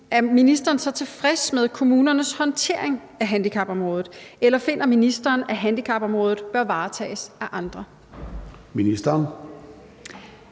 kommunerne – tilfreds med kommunernes håndtering af handicapområdet, eller finder ministeren, at handicapområdet bør varetages af andre? Kl.